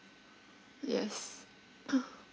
yes